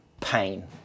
pain